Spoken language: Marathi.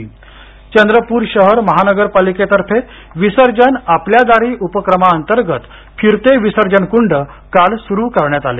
चंद्रपूर चंद्रपूर शहर महानगरपालिकेतर्फे विसर्जन आपल्या दारी उपक्रमांतर्गत फिरते विसर्जन कुंड काल सुरु करण्यात आले